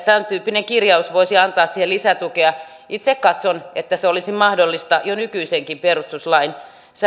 tämän tyyppinen kirjaus voisi antaa siihen lisätukea itse katson että se olisi mahdollista jo nykyisenkin perustuslain